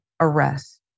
arrest